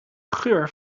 geur